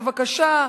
בבקשה,